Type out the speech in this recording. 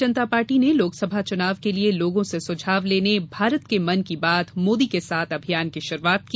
भारतीय जनता पार्टी ने लोकसभा चुनाव के लिये लोगों से सुझाव लेने भारत के मन की बात मोदी के साथ अभियान की शुरूआत की